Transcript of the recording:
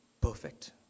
perfect